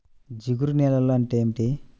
జిగురు నేలలు అంటే ఏమిటీ?